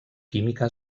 química